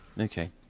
okay